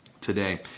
Today